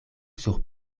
sur